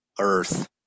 earth